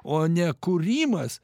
o ne kūrimas